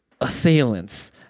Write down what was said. assailants